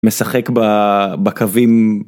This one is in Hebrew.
משחק בקווים.